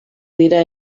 dira